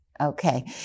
Okay